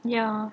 ya